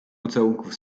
pocałunków